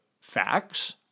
facts